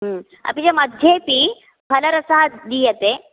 अपि च मध्येपि फलरसा दीयते